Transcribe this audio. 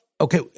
okay